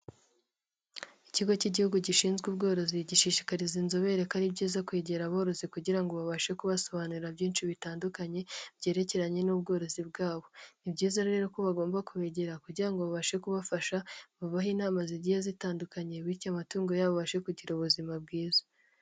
Ikigo cy'igihugu gishinzwe ubworozi, gishishikariza inzobere ko ari byiza kwegera aborozi kugira ngo babashe kubasobanurira byinshi bitandukanye byerekeranye n'ubworozi bwabo. ni byiza rero ko bagomba kubegera, kugira ngo babashe kubafasha babahe inama zigiye zitandukanye, bityo amatungo ya bo abashe kugira ubuzima bwiza.